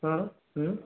ହଁ ହୁଁ